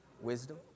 wisdom